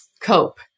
cope